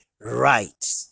right